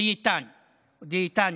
דיאטן או דיאטנית.